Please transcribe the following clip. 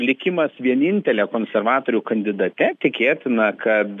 likimas vienintele konservatorių kandidate tikėtina kad